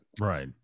Right